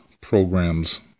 programs